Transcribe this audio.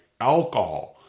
alcohol